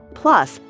plus